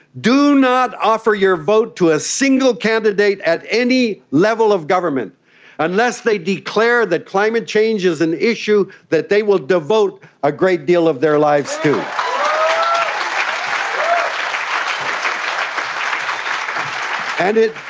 do not offer your vote to a single candidate at any level of government unless they declare that climate change is an issue that they will devote a great deal of their lives to. um and it